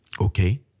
Okay